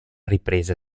ripresa